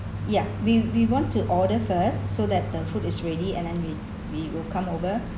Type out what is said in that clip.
ya we we want to order first so that the food is ready and then we we will come over